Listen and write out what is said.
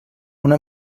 una